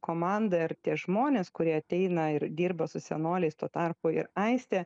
komanda ir tie žmonės kurie ateina ir dirba su senoliais tuo tarpu ir aistė